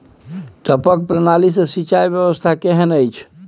टपक प्रणाली से सिंचाई व्यवस्था केहन अछि?